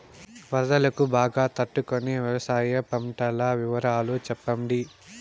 వరదలకు బాగా తట్టు కొనే వ్యవసాయ పంటల వివరాలు చెప్పండి?